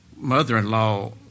Mother-in-law